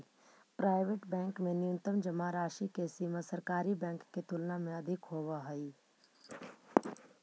private bank में न्यूनतम जमा राशि के सीमा सरकारी बैंक के तुलना में अधिक होवऽ हइ